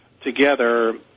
together